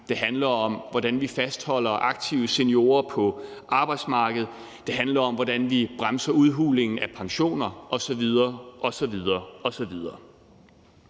det handler om, hvordan vi fastholder aktive seniorer på arbejdsmarkedet, det handler om, hvordan vi bremser udhulingen af pensioner osv. osv. Vi